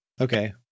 Okay